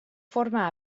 forma